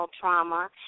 trauma